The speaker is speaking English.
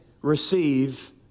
receive